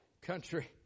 country